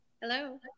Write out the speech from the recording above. Hello